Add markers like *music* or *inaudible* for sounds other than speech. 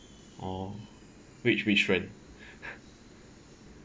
orh which which friend *laughs*